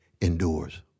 endures